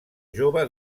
jove